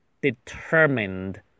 Determined